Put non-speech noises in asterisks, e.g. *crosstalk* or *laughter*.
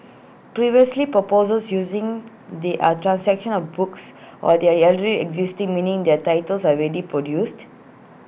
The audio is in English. previously proposals using they are translations of books or they are *unintelligible* existing meaning their titles are already produced